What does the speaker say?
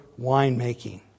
winemaking